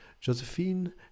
Josephine